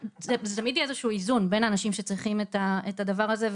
תמיד יהיה איזשהו איזון בין אנשים שצריכים את הדבר הזה,